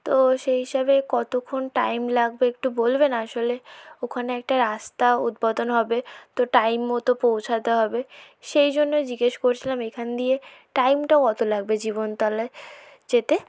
তো সেই হিসাবে কতক্ষণ টাইম লাগবে একটু বলবেন আসলে ওখানে একটা রাস্তা উদ্বোধন হবে তো টাইম মতো পৌঁছাতে হবে সেই জন্য জিজ্ঞেস করছিলাম এইখান দিয়ে টাইমটা কত লাগবে জীবনতলায় যেতে